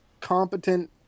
competent